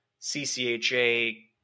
CCHA